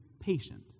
patient